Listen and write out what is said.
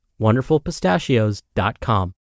WonderfulPistachios.com